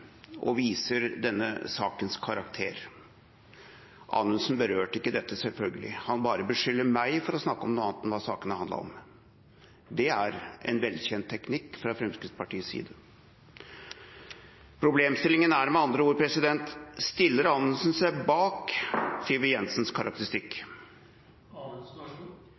og viser denne sakens karakter. Anundsen berørte ikke dette, selvfølgelig. Han bare beskylder meg for å snakke om noe annet enn hva saken handler om. Det er en velkjent teknikk fra Fremskrittspartiets side. Problemstillingen er med andre ord: Stiller Anundsen seg bak Siv Jensens